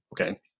Okay